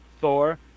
Thor